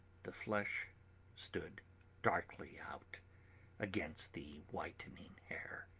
the flesh stood darkly out against the whitening hair.